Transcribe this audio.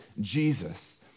Jesus